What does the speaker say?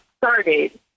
started